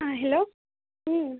ಹಾಂ ಹೆಲೋ ಹ್ಞೂ